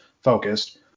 focused